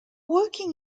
working